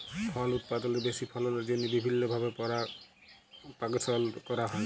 ফল উৎপাদলের বেশি ফললের জ্যনহে বিভিল্ল্য ভাবে পরপাগাশল ক্যরা হ্যয়